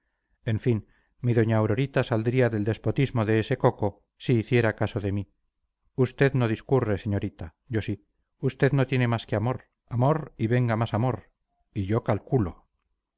en fin mi doña aurorita saldría del despotismo de este coco si hiciera caso de mí usted no discurre señorita yo sí usted no tiene más que amor amor y venga más amor y yo calculo